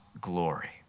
glory